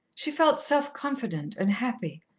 she felt self-confident and happy,